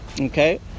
Okay